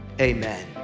amen